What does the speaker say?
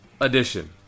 edition